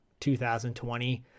2020